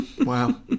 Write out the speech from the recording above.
wow